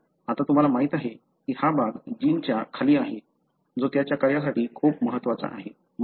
आता तुम्हाला माहित आहे की हा भाग जीनच्या खाली आहे तो त्याच्या कार्यासाठी खूप महत्वाचा आहे